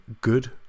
good